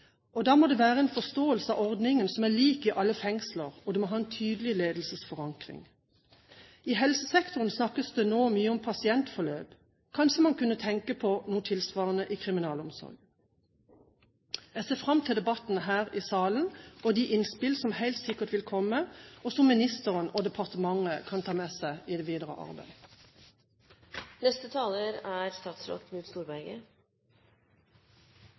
Da må det være en forståelse av ordningen som er lik i alle fengsler, og det må ha en tydelig ledelsesforankring. I helsesektoren snakkes det nå mye om pasientforløp. Kanskje man kunne tenke på noe tilsvarende i kriminalomsorgen? Jeg ser fram til debatten her i salen og de innspill som helt sikkert vil komme, og som ministeren og departementet kan ta med seg i det videre